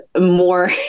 more